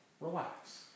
relax